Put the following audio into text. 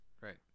Right